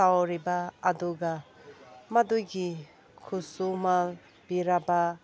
ꯇꯧꯔꯤꯕ ꯑꯗꯨꯒ ꯃꯗꯨꯒꯤ ꯈꯨꯠꯁꯨꯃꯜ ꯄꯤꯔꯕ